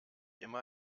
immer